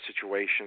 situation